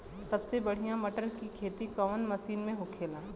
सबसे बढ़ियां मटर की खेती कवन मिट्टी में होखेला?